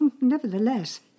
Nevertheless